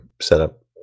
setup